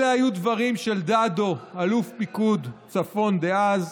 אלה היו הדברים של דדו, אלוף פיקוד צפון דאז,